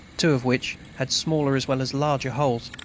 two of which had smaller as well as larger holes,